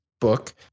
book